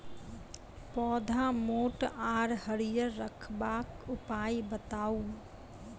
पौधा मोट आर हरियर रखबाक उपाय बताऊ?